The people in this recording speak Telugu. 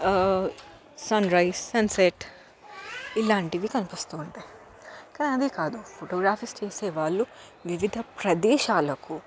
సన్రైస్ సన్సెట్ ఇలాంటివి కనిపిస్తూ ఉంటాయి కాని అదేకాదు ఫొటోగ్రఫీస్ తీసేవాళ్ళు వివిధ ప్రదేశాలకు